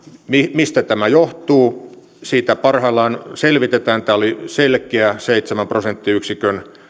mistä tämä johtuu sitä parhaillaan selvitetään tämä oli selkeä seitsemän prosenttiyksikön